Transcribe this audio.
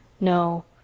No